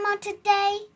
today